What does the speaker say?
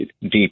deep